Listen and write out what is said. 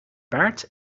baard